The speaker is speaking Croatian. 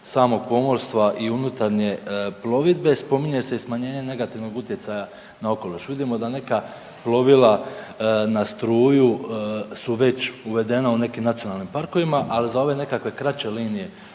samog pomorstva i unutarnje plovidbe spominje se i smanjenje negativnog utjecaja na okoliš. Vidimo da neka plovila na struju su već uvedena u nekim nacionalnim parkovima, ali za ove nekakve kraće linije